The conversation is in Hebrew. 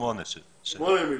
שמונה מיליון.